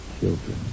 children